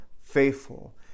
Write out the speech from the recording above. faithful